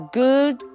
good